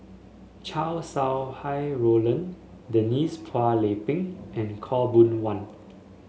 Chow Sau Hai Roland Denise Phua Lay Peng and Khaw Boon Wan